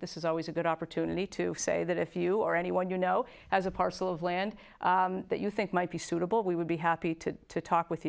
this is always a good opportunity to say that if you or anyone you know as a parcel of land that you think might be suitable we would be happy to talk with